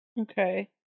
Okay